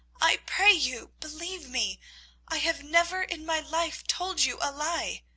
i pray you, believe me i have never in my life told you a lie.